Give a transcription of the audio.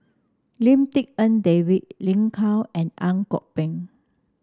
Lim Tik En David Lin Gao and Ang Kok Peng